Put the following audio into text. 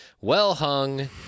well-hung